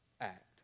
act